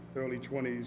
early twenty s,